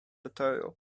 eteru